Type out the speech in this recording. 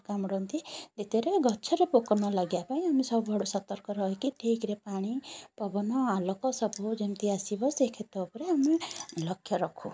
କାମୁଡ଼ନ୍ତି ସେଥିରେ ଗଛରେ ପୋକ ନଲାଗିବା ପାଇଁ ଆମେ ସବୁଆଡ଼ୁ ସତର୍କ ରହିକି ଠିକ୍ରେ ପାଣି ପବନ ଆଲୋକ ସବୁ ଯେମିତି ଆସିବ ସେଇ କ୍ଷେତ ଉପରେ ଆମେ ଲକ୍ଷ୍ୟ ରଖୁ